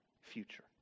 future